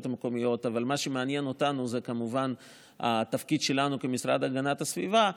המקומיות אבל מה שמעניין אותנו זה כמובן התפקיד שלנו כמשרד להגנת הסביבה.